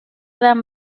dan